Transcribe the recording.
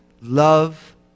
love